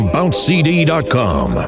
BounceCD.com